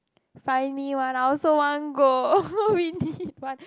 find me one I also want go we need one